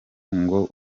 ngo